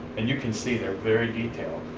and you can see they're very detailed,